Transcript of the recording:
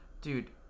Dude